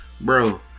Bro